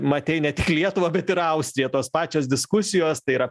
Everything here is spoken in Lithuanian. matei ne tik lietuvą bet ir austriją tos pačios diskusijos tai yra